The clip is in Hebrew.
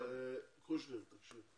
קושניר, תקשיב.